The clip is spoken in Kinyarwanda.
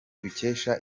dukesha